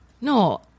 no